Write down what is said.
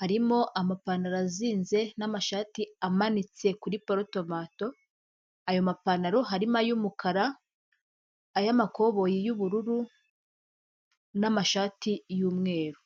harimo amapantaro azinze n'amashati amanitse kuri porotomato, ayo mapantaro harimo ay'umukara, ay'amakoboyi y'ubururu, n'amashati y'umweru.